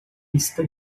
pista